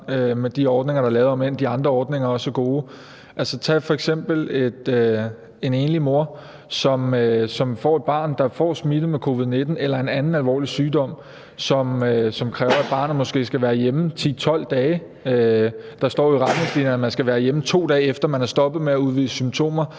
med de ordninger, der er lavet, om end de andre ordninger også er gode. Tag f.eks. en enlig mor, som har et barn, der får smitte med covid-19 eller en anden alvorlig sygdom, som kræver, at barnet måske skal være hjemme 10-12 dage. Der står i retningslinjerne, at man skal være hjemme, 2 dage efter at man er stoppet med at udvise symptomer.